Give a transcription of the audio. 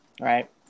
right